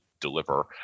deliver